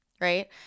Right